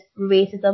racism